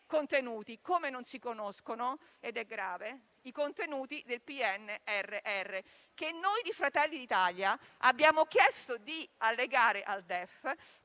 contenuti, come non si conoscono - ed è grave - i contenuti del PNRR, che il Gruppo Fratelli d'Italia aveva chiesto di allegare al DEF,